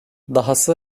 dahası